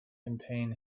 contain